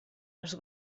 les